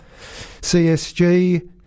CSG